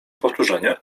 powtórzenie